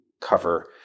cover